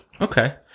Okay